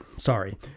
Sorry